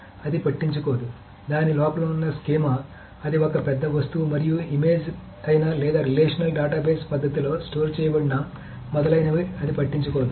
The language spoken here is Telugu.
అది పట్టించుకోదు దాని లోపల ఉన్న స్కీమా అది ఒక పెద్ద వస్తువు మరియు ఇమేజ్ అయినా లేదా రిలేషనల్ డేటాబేస్ పద్ధతిలో స్టోరేజ్ చేయబడినా మొదలైనవి అది పట్టించుకోదు